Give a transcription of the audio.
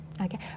Okay